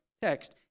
text